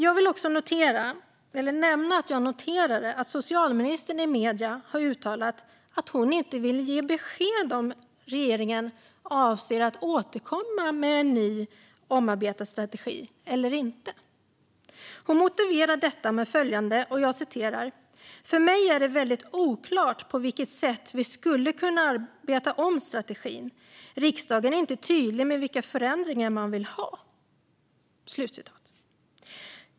Jag vill också nämna att jag noterade att socialministern i medierna har uttalat att hon inte vill ge besked om huruvida regeringen avser att återkomma med en ny, omarbetad strategi eller inte. Hon motiverar detta med att det "för mig är väldigt oklart på vilket sätt vi skulle kunna arbeta om strategin. Riksdagen är inte tydlig med vilka förändringar man vill ha".